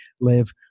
live